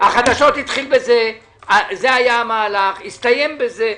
החדשות התחילו בזה, זה היה המהלך, הסתיים בזה.